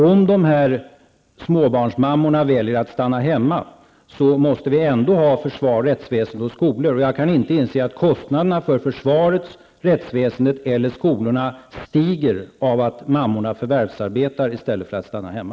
Om de här småbarnsmammorna väljer att stanna hemma, måste vi ändå ha försvar, rättsväsende och skolor. Jag kan inte inse att kostnaderna för försvaret, rättsväsendet eller skolorna stiger av att mammorna förvärvsarbetar i stället för att stanna hemma.